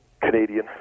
Canadian